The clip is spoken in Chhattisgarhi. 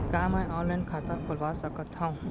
का मैं ऑनलाइन खाता खोलवा सकथव?